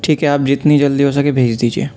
ٹھیک ہے آپ جتنی جلدی ہو سکے بھیج دیجیے